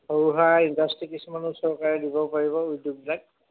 সৰু সৰুা ইণ্ডাষ্ট্ৰী কিছুমানো চৰকাৰে দিব পাৰিব উদ্যোগ বিলাক